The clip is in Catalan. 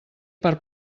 per